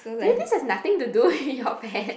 Faith this has nothing to do with your pet